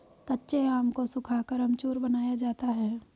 कच्चे आम को सुखाकर अमचूर बनाया जाता है